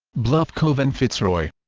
bluff cove and fitzroy